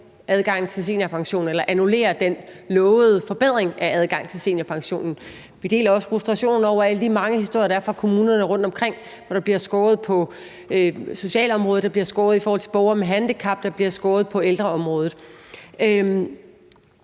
adgangen til seniorpension eller at annullere den lovede forbedring af adgangen til seniorpensionen. Vi deler også frustrationen over alle de mange historier, der er, fra kommunerne rundtomkring, hvor der bliver skåret på socialområdet, der bliver skåret i forhold til borgere med handicap, og der bliver skåret på ældreområdet.